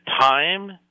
time